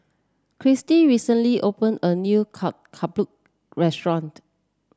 Kirstie recently opened a new ketupat restaurant